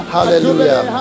Hallelujah